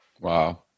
Wow